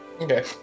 Okay